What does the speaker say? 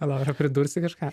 laura pridursi kažką